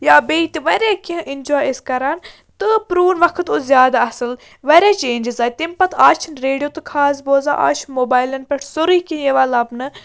یا بیٚیہِ تہِ واریاہ کینٛہہ اٮ۪نجاے ٲسۍ کَران تہٕ پرٛون وقت اوس زیادٕ اَصٕل واریاہ چینجِز آے تمہِ پَتہٕ آز چھِنہٕ ریڈیو تہِ خاص بوزان آز چھُ موبایلَن پٮ۪ٹھ سورُے کینٛہہ یِوان لَبنہٕ